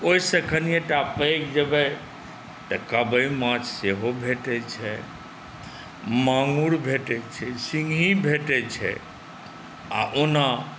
ओहिसँ कनिएटा पैघ जेबै तऽ कबइ माछ सेहो भेटैत छै माङ्गुर भेटैत छै सिंघही भेटैत छै आ ओना